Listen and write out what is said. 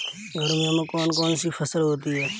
गर्मियों में कौन कौन सी फसल होती है?